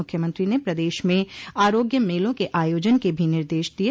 मुख्यमंत्री ने प्रदेश में आरोग्य मेलों के आयोजन के भी निर्देश दिये